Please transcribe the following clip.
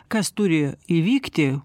kas turi įvykti